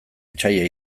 etsaia